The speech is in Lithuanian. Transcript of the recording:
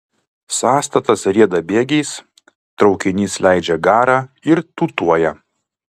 sąstatas rieda bėgiais traukinys leidžia garą ir tūtuoja